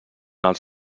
els